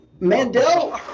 Mandel